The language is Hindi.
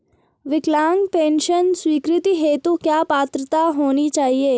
विकलांग पेंशन स्वीकृति हेतु क्या पात्रता होनी चाहिये?